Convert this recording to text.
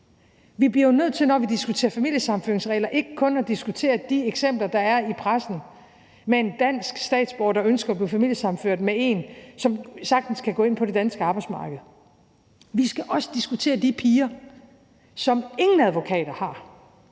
Vi bliver jo nødt til, når vi diskuterer familiesammenføringsregler, ikke kun at diskutere de eksempler, der er i pressen med en dansk statsborger, der ønsker at blive familiesammenført med en, som sagtens kan gå ind på det danske arbejdsmarked, men vi skal også diskutere de piger, som ingen advokater har,